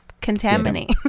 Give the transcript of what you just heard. contaminate